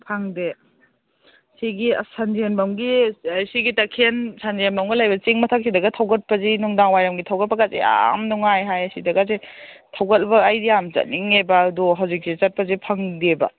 ꯈꯪꯗꯦ ꯁꯤꯒꯤ ꯑꯁ ꯁꯟꯖꯦꯟꯕꯝꯒꯤ ꯁꯤꯒꯤ ꯇꯈꯦꯜ ꯁꯟꯖꯦꯟꯕꯝꯒ ꯂꯩꯕ ꯆꯤꯡ ꯃꯊꯛ ꯁꯤꯗꯒ ꯊꯧꯒꯠꯄꯁꯤ ꯅꯨꯡꯗꯥꯡ ꯋꯥꯏꯔꯝꯒꯤ ꯊꯧꯒꯠꯄꯒꯁꯦ ꯌꯥꯝ ꯅꯨꯡꯉꯥꯏ ꯍꯥꯏ ꯁꯤꯗꯒꯁꯦ ꯊꯧꯒꯠꯄ ꯑꯩꯗꯤ ꯌꯥꯝ ꯆꯠꯅꯤꯡꯉꯦꯕ ꯑꯗꯣ ꯍꯧꯖꯤꯛꯁꯦ ꯆꯠꯄꯁꯦ ꯐꯪꯗꯦꯕ